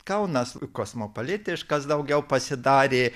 kaunas kosmopolitiškas daugiau pasidarė